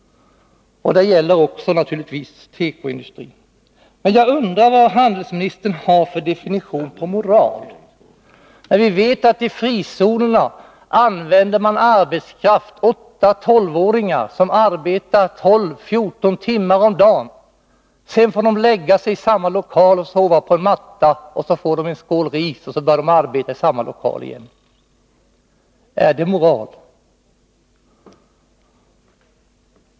Det gäller naturligtvis också tekoindustrin. Jag undrar vad handelsministern har för definition på moral. Vi vet att man i frizonerna använder 8-12-åringar som arbetskraft. De arbetar 12-14 timmar om dagen, får sedan lägga sig i samma lokal och sova på en matta, får en skål ris och börjar sedan arbeta i samma lokal igen. Är det moral?